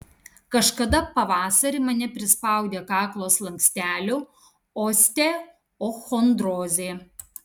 kažkada pavasarį mane prispaudė kaklo slankstelių osteochondrozė